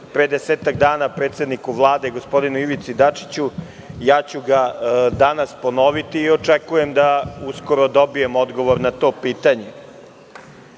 pre desetak dana predsedniku Vlade gospodinu Ivici Dačiću, ja ću ga danas ponoviti i očekujem da uskoro dobijem odgovor na to pitanje. Pitanje